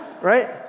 Right